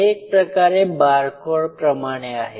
हे एक प्रकारे बारकोड प्रमाणे आहे